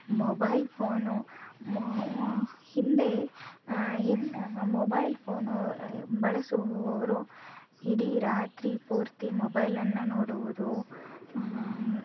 mobile phone ಹಿಂದೆ mobile phone ಬಳಸುವವರು ಇಡೀ ರಾತ್ರಿ ಪೂರ್ತಿ ಮೊಬೈಲ್ ಅನ್ನು ನೋಡುವುದು